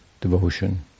devotion